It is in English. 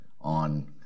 on